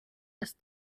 ist